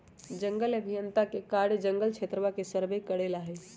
जंगल अभियंता के कार्य जंगल क्षेत्रवा के सर्वे करे ला हई